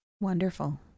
Wonderful